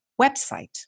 website